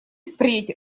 впредь